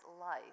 life